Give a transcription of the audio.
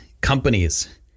companies